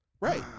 right